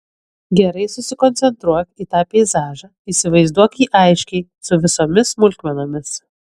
gerai susikoncentruok į tą peizažą įsivaizduok jį aiškiai su visomis smulkmenomis